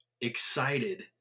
excited